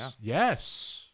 Yes